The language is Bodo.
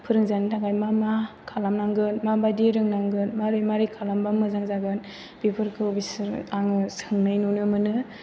फोरों जानो थाखाय मा मा खालामनांगोन माबायदि रोंनांगोन मारै मारै खालामबा मोजां जागोन बेफोरखौ बिसोर आङो सोंनाय नुनो मोनो